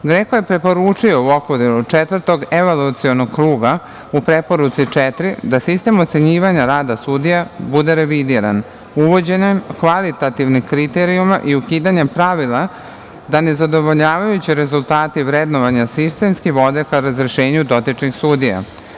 GREKO je preporučio u okviru Četvrtog evolucionog kruga, u preporuci četiri da sistem osenjivanja rada sudija bude revidiran, uvođenjem kvalitativnih kriterijuma i ukidanjem pravila da nezadovoljavajuće rezultate i vrednovanja sistemski vode ka razrešenju dotičnih sudija.